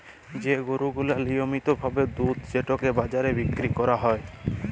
যে গরু গিলা লিয়মিত ভাবে দুধ যেটকে বাজারে বিক্কিরি ক্যরা হ্যয়